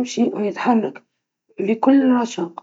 مشهدًا مذهلًا ورائعًا.